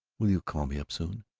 will you call me up soon?